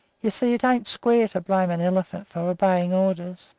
you see, it ain't square to blame an elephant for obeying orders.